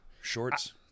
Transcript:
Shorts